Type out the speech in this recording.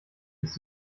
ist